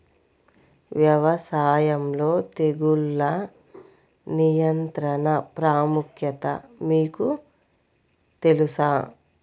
వ్యవసాయంలో తెగుళ్ల నియంత్రణ ప్రాముఖ్యత మీకు తెలుసా?